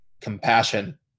compassion